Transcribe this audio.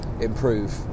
improve